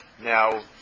Now